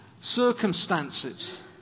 circumstances